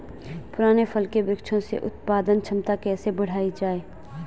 पुराने फल के वृक्षों से उत्पादन क्षमता कैसे बढ़ायी जाए?